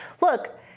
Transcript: Look